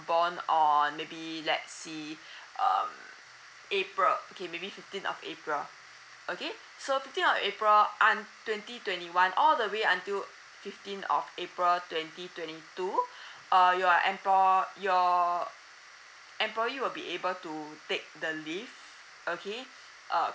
born on maybe let see um april okay maybe fifteen of april okay so fifteen of april un~ twenty twenty one all the way until fifteen of april twenty twenty two uh your emplo~ your employee will be able to take the leave okay uh